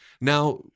now